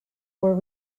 were